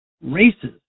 races